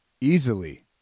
easily